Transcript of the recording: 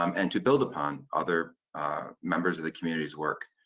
um and to build upon other members of the community's work.